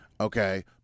Okay